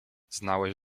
znałeś